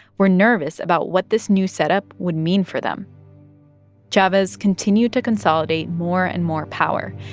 were nervous about what this new setup would mean for them chavez continued to consolidate more and more power,